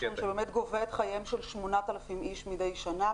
שבאמת גובה את חייהם של 8,000 איש מידי שנה,